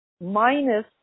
minus